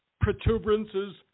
protuberances